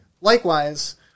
likewise